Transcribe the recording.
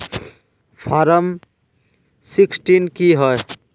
Form sixteen की होय?